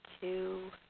two